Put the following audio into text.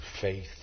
faith